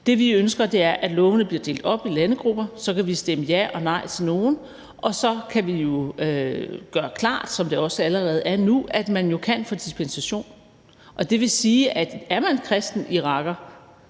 Det, vi ønsker, er, at lovene bliver delt op i landegrupper. Så kan vi stemme ja og nej til nogle, og så kan vi gøre klart, sådan som det også allerede er nu, at man jo kan få dispensation. Og det vil sige, at er man en kristen iraker,